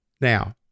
Now